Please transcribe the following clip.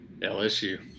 LSU